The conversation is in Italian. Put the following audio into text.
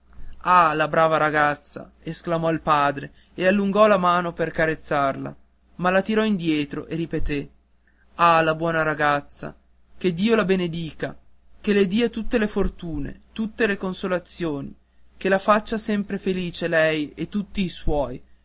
ah la brava ragazza esclamò il padre e allungò la mano per carezzarla ma la tirò indietro e ripeté ah la buona ragazza che dio la benedica che le dia tutte le fortune tutte le consolazioni che la faccia sempre felice lei e tutti i suoi